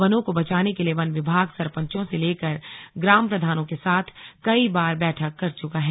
वनों को बचाने के लिए वन विभाग सरपंचों से लेकर ग्राम प्रधानों के साथ कई बार बैठक कर चुका है